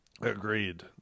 Agreed